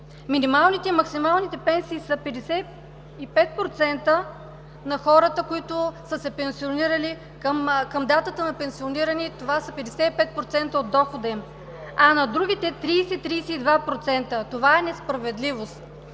Минималните и максималните пенсии са 55% на хората, които са се пенсионирали – към датата на пенсиониране това са 55% от дохода им, а на другите 30 – 32%. Това е несправедливост!